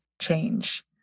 change